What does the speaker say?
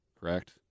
correct